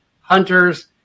Hunter's